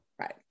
Right